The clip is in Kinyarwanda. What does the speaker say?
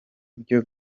byo